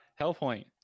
Hellpoint